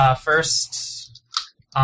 First